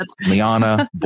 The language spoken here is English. Liana